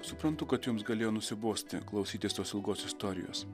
suprantu kad jums galėjo nusibosti klausytis tos ilgos istorijos